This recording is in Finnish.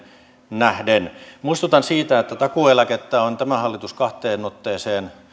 nähden muistutan siitä että takuueläkettä on tämä hallitus kahteen otteeseen